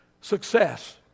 success